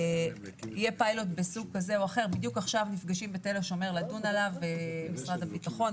יהיה פיילוט מסוג כזה או אחר בדיוק עכשיו נפגשים משרד הביטחון,